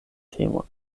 temon